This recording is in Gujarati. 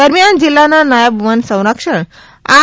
દરમ્યાન જિલ્લાના નાયબ વનસંરક્ષક આર